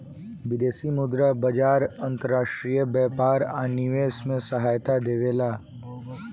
विदेशी मुद्रा बाजार अंतर्राष्ट्रीय व्यापार आ निवेश में सहायता देबेला